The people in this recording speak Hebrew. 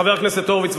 חבר הכנסת הורוביץ,